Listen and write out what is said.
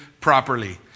properly